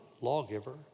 lawgiver